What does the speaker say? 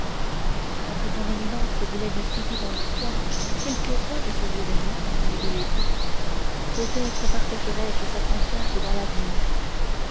si son éminence voulait me citer dans l'histoire quelques-uns de ces événements dit milady peut-être partagerais je sa confiance dans l'avenir